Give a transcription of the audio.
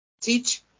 teach